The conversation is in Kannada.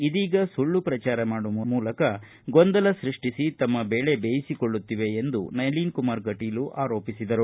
ಇದೀಗ ಸುಳ್ಳು ಪ್ರಚಾರ ಮಾಡುವ ಮೂಲಕ ಗೊಂದಲ ಸೃಷ್ಟಿಸಿ ತಮ್ಮ ಬೇಳೆ ಬೇಯಿಸಿಕೊಳ್ಳುತ್ತಿವೆ ಎಂದು ಆರೋಪಿಸಿದರು